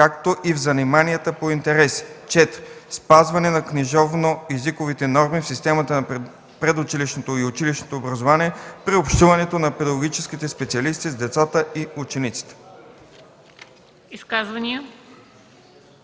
както и в заниманията по интереси; 4. спазване на книжовно езиковите норми в системата на предучилищното и училищното образование при общуването на педагогическите специалисти с децата и учениците.”